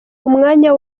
umwanya